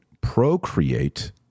procreate